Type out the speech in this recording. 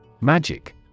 Magic